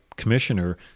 Commissioner